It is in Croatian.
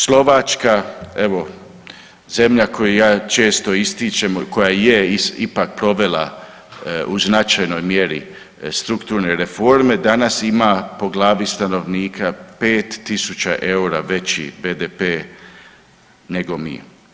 Slovačka evo zemlja koju ja često ističem i koja je ipak provela u značajnoj mjeri strukturne reforme, danas ima po glavi stanovnika 5.000 eura veći BDP nego mi.